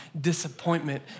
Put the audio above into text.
disappointment